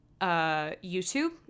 YouTube